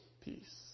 peace